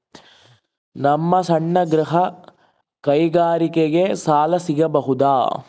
ನಮ್ಮ ಸಣ್ಣ ಗೃಹ ಕೈಗಾರಿಕೆಗೆ ಸಾಲ ಸಿಗಬಹುದಾ?